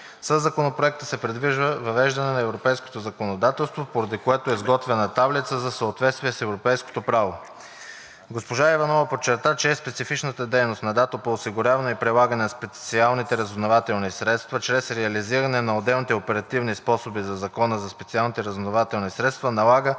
Със Законопроекта се предвижда въвеждане на европейското законодателство, поради което е изготвена таблица за съответствие с европейското право. Госпожа Иванова подчерта, че специфичната дейност на ДАТО по осигуряване и прилагане на специалните разузнавателни средства чрез реализиране на отделните оперативни способи от Закона за специалните разузнавателни средства налага